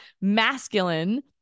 masculine